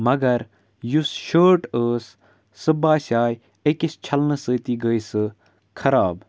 مگر یُس شٲٹ ٲس سُہ باسیاے أکِس چھَلنہٕ سۭتی گٔے سُہ خراب